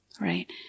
right